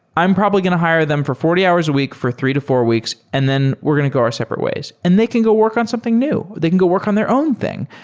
i'm probably going to hire them for forty hours a week for three to four weeks and then we're going to go our separate ways, and they can go work on something new. they can go work on their own thing.